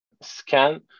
scan